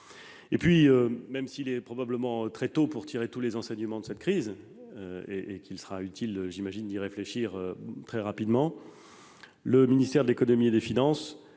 Enfin, même s'il est probablement trop tôt pour tirer tous les enseignements de cette crise mais il sera utile d'y réfléchir très rapidement, le ministère de l'économie et des finances